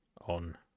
on